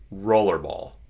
Rollerball